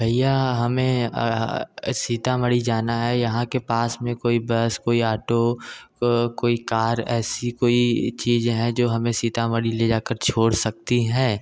भैया हमें सीतामढ़ी जाना है यहाँ के पास में कोई बस कोई ऑटो कोई कार ऐसी कोई चीज है जो हमें सीतामढ़ी ले जाकर छोड़ सकती है